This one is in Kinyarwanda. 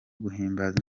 guhimbaza